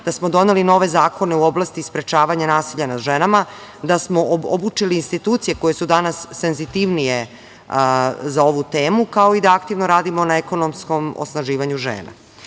da smo doneli nove zakone u oblasti sprečavanja nasilja nad ženama, da smo obučili institucije koje su danas senzitivnije za ovu temu, kao i da aktivno radimo na ekonomskom osnaživanju